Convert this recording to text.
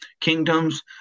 kingdoms